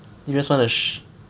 you just want to sh~